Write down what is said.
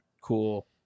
cool